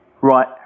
Right